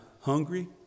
hungry